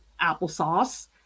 applesauce